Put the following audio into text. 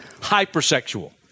Hypersexual